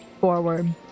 forward